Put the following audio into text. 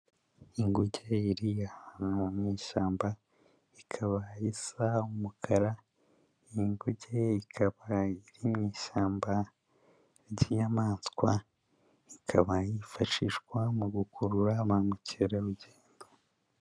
Inguge e iriya mu ishyamba, ikaba isamukara, iyi inguge ikaba iri mu ishyamba ry'inyamanswa, ikaba yifashishwa mu gukurura ba mukerarugendo.